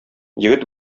егет